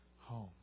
home